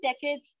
decades